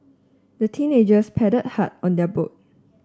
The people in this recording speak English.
the teenagers paddled hard on their boat